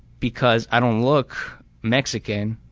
because i don't look mexican,